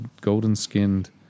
golden-skinned